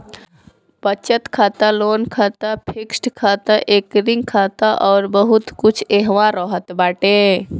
बचत खाता, लोन खाता, फिक्स्ड खाता, रेकरिंग खाता अउर बहुते कुछ एहवा रहत बाटे